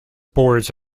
boards